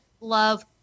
love